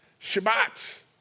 Shabbat